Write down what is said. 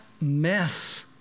mess